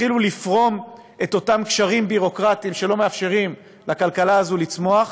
תתחילו לפרום את אותם קשרים ביורוקרטיים שלא מאפשרים לכלכלה הזו לצמוח,